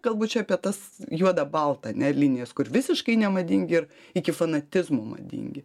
kalbu čia apie tas juoda balta ane linijas kur visiškai nemadingi ir iki fanatizmo madingi